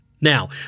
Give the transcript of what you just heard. Now